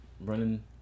running